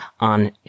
on